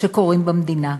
שקורים במדינה.